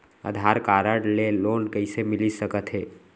आधार card ले loan कइसे मिलिस सकत हे?